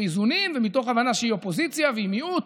באיזונים ומתוך הבנה שהיא אופוזיציה והיא מיעוט,